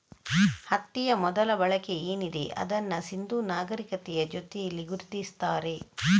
ಹತ್ತಿಯ ಮೊದಲ ಬಳಕೆ ಏನಿದೆ ಅದನ್ನ ಸಿಂಧೂ ನಾಗರೀಕತೆಯ ಜೊತೇಲಿ ಗುರುತಿಸ್ತಾರೆ